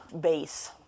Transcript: base